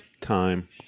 time